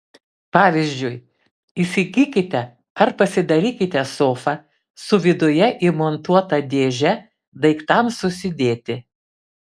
pavyzdžiui įsigykite ar pasidarykite sofą su viduje įmontuota dėže daiktams susidėti